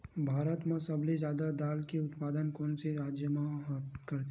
भारत मा सबले जादा दाल के उत्पादन कोन से राज्य हा करथे?